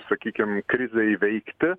sakykim krizę įveikti